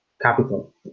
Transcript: capital